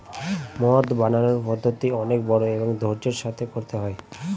মদ বানানোর পদ্ধতি অনেক বড়ো এবং ধৈর্য্যের সাথে করতে হয়